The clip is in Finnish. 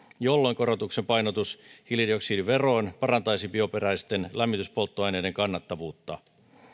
jolloin korotuksen painotus hiilidioksidiveroon parantaisi bioperäisten lämmityspolttoaineiden kannattavuutta